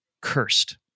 cursed